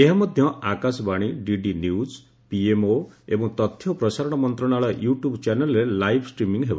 ଏହା ମଧ୍ୟ Akashvani DD news PMO ଏବଂ ତଥ୍ୟ ଓ ପ୍ରସାରଣ ମନ୍ତ୍ରଣାଳୟ ୟୁଟ୍ୟୁବ୍ ଚ୍ୟାନେଲ୍ରେ ଲାଇବ୍ ଷ୍ଟ୍ରିମିଂ ହେବ